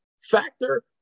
factor